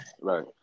Right